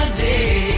day